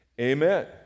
Amen